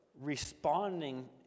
responding